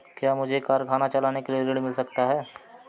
क्या मुझे कारखाना चलाने के लिए ऋण मिल सकता है?